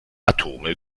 atome